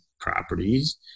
properties